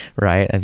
right? ah